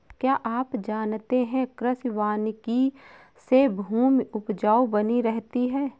क्या आप जानते है कृषि वानिकी से भूमि उपजाऊ बनी रहती है?